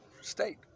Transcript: state